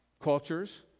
cultures